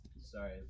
Sorry